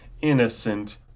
innocent